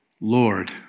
Lord